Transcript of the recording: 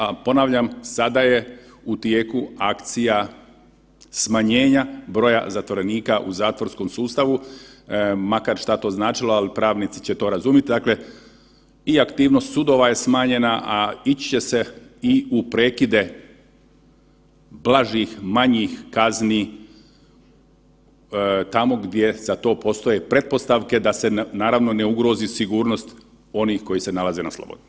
A ponavljam, sada je u tijeku akcija smanjenja broja zatvorenika u zatvorskom sustavu, makar šta to značilo, ali pravnici će to razumiti, dakle i aktivnost sudova je smanjena, a ići će se i u prekide blažih manjih kazni tamo gdje za to postoje pretpostavke da se naravno ne ugrozi sigurnost onih kojih se nalaze na slobodi.